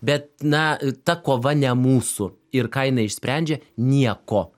bet na ta kova ne mūsų ir ką jinai išsprendžia nieko